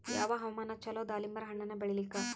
ಯಾವ ಹವಾಮಾನ ಚಲೋ ದಾಲಿಂಬರ ಹಣ್ಣನ್ನ ಬೆಳಿಲಿಕ?